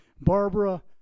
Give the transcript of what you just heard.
Barbara